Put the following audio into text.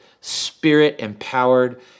spirit-empowered